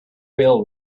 will